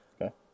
Okay